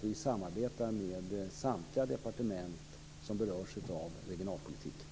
Vi samarbetar med samtliga departement som berörs av regionalpolitiken.